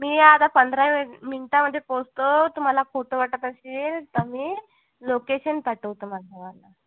मी आता पंधरा मिन मिन्टामध्ये पोचतो तुम्हाला खोटं वाटत असेल तर मी लोकेशन पाठवतो माझंवालं